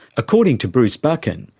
according to bruce buchan,